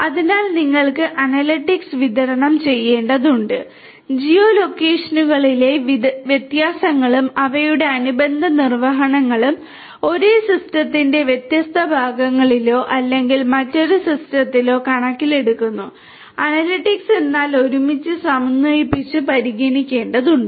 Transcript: അതിനാൽ നിങ്ങൾക്ക് അനലിറ്റിക്സ് വിതരണം ചെയ്യേണ്ടതുണ്ട് ജിയോ ലൊക്കേഷനുകളിലെ വ്യത്യാസങ്ങളും അവയുടെ അനുബന്ധ നിർവ്വഹണങ്ങളും ഒരേ സിസ്റ്റത്തിന്റെ വ്യത്യസ്ത ഭാഗങ്ങളിലോ അല്ലെങ്കിൽ മറ്റൊരു സിസ്റ്റത്തിലോ കണക്കിലെടുക്കുന്ന അനലിറ്റിക്സ് എന്നാൽ ഒരുമിച്ച് സമന്വയിപ്പിച്ച് പരിഗണിക്കേണ്ടതുണ്ട്